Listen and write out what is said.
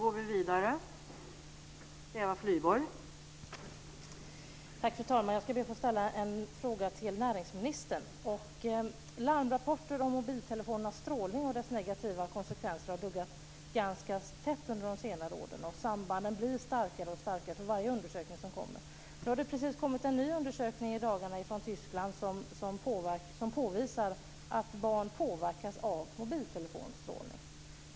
Fru talman! Jag ber att få ställa en fråga till näringsministern. Larmrapporter om strålning från mobiltelefoner och dess negativa konsekvenser har duggat ganska tätt under de senare åren. Sambanden blir starkare och starkare enligt varje undersökning som kommer. Det har i dagarna kommit en ny undersökning från Tyskland som påvisar att barn påverkas av mobiltelefonstrålning.